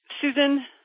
Susan